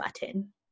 button